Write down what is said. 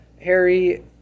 Harry